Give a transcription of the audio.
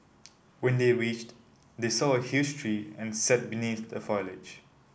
when they reached they saw a huge tree and sat beneath the foliage